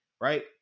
Right